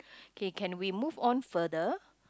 okay can we move on further